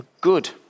good